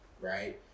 right